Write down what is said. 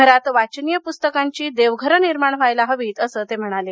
घरात वाचनीय प्स्तकांची देवघरं निर्माण व्हायला हवीत असं ते म्हणाले